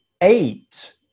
eight